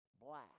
black